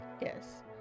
Yes